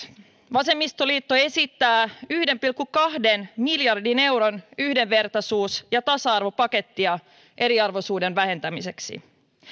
vasemmistoliitto esittää yhden pilkku kahden miljardin euron yhdenvertaisuus ja tasa arvopakettia eriarvoisuuden vähentämiseksi